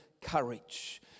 courage